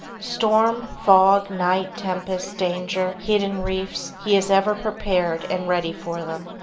storm, fog, night, tempest, danger, hidden reefs he is ever prepared and ready for them.